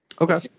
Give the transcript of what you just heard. Okay